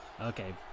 okay